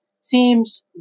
seems